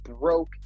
broke